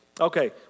Okay